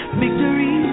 victory